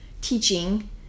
teaching